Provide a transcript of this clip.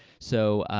so,